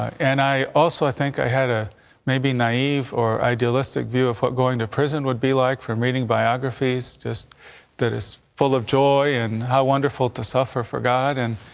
and i also think i had a maybe naive or idealistic view of going to prison would be like for mating biographies just that is full of joy and how wonderful to suffer forgotten.